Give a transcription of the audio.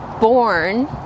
born